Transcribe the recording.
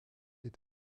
est